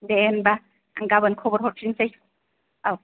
दे होमब्ला आं गाबोन खबर हरफिनसै औ